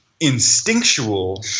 instinctual